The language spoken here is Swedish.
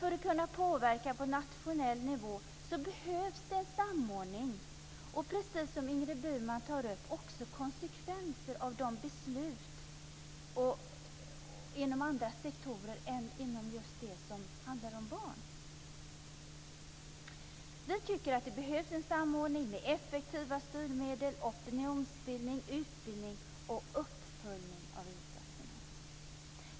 För att kunna påverka på nationell nivå behövs det en samordning och, precis som Ingrid Burman tog upp, konsekvenser av de besluten inom andra sektorer än just den som handlar om barn. Vi tycker att det behövs en samordning med effektiva styrmedel, opinionsbildning, utbildning och uppföljning av insatserna.